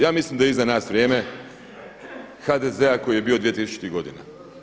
Ja mislim da je iza nas vrijeme HDZ-a koji je bio 2000-ih godina.